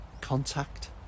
contact